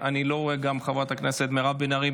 אני לא רואה גם את חברת הכנסת מירב בן ארי,